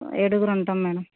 ఏడుగురు ఉంటాం మేడం